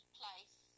place